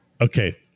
Okay